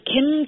Kim